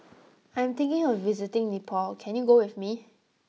I am thinking of visiting Nepal can you go with me